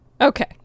Okay